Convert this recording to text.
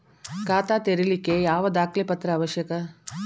ಖಾತಾ ತೆರಿಲಿಕ್ಕೆ ಯಾವ ದಾಖಲೆ ಪತ್ರ ಅವಶ್ಯಕ?